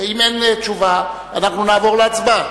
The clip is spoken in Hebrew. אם אין תשובה נעבור להצבעה,